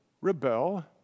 rebel